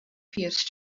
pierce